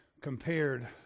compared